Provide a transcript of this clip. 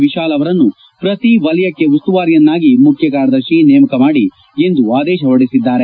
ವಿತಾಲ್ ಅವರನ್ನು ಪ್ರತಿ ವಲಯಕ್ಷೆ ಉಸ್ತುವಾರಿಯನ್ನಾಗಿ ಮುಖ್ಯಕಾರ್ಯದರ್ತಿ ನೇಮಕ ಮಾಡಿ ಇಂದು ಆದೇಶ ಹೊರಡಿಸಿದ್ದಾರೆ